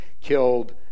killed